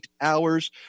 hours